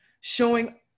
showing